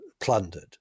plundered